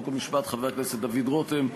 חוק ומשפט חבר הכנסת דוד רותם,